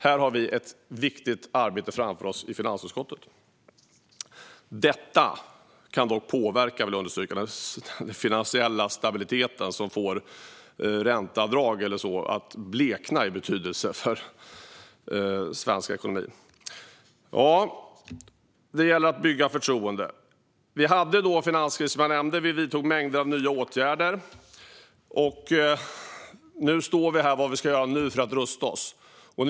Här har vi ett viktigt arbete framför oss i finansutskottet. Jag vill dock understryka att detta kan påverka den finansiella stabiliteten, vilket får ränteavdrag och annat att blekna i jämförelse när det gäller svensk ekonomi. Det gäller att bygga förtroende. Som jag nämnde hade vi en finanskris, och vi vidtog mängder av nya åtgärder. Nu står vi här och tittar på vad vi ska göra för att rusta oss.